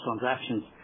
transactions